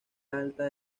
alta